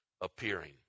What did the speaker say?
appearing